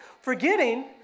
forgetting